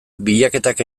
bilaketak